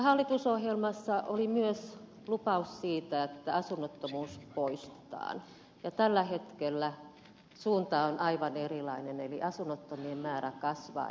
hallitusohjelmassa oli myös lupaus siitä että asunnottomuus poistetaan ja tällä hetkellä suunta on aivan erilainen eli asunnottomien määrä kasvaa